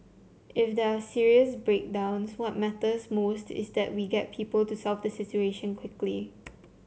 if there are serious breakdowns what matters most is that we get people to solve the situation quickly